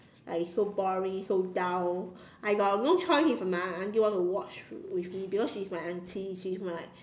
like so boring so dull I got no choice if my auntie wants to watch with me because she is my auntie she my like